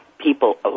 People